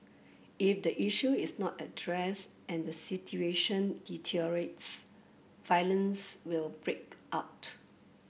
if the issue is not addressed and the situation deteriorates violence will break out